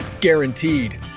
guaranteed